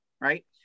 right